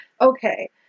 Okay